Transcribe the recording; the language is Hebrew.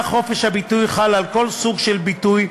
כך חופש הביטוי חל על כל סוג של ביטוי,